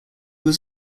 was